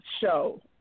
show